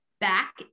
back